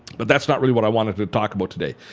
but that's not really what i wanted to talk about today,